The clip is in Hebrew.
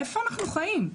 איפה אנחנו חיים?